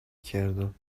کردم